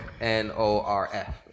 n-o-r-f